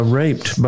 raped